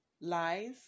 lies